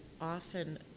often